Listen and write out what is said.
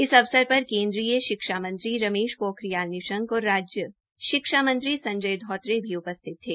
इस अवसर पर केन्द्रीय शिक्षा मंत्री रमेश पोखरियाल निशंक और राज्य शिक्षा मंत्री संजय धोत्रे भी उपस्थित थे